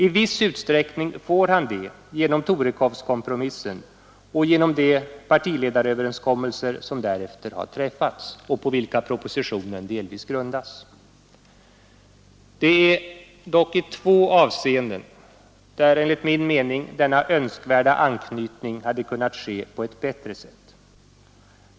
I viss utsträckning får han det genom Torekovskompromissen och genom de partiledaröverenskommelser som därefter har träffats och på vilka propositionen delvis grundas. Det är dock i två avseenden där enligt min mening denna önskvärda anknytning hade kunnat ske på ett bättre sätt.